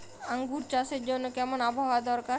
আঙ্গুর চাষের জন্য কেমন আবহাওয়া দরকার?